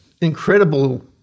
incredible